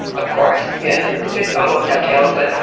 of course. yeah this almost dovetails but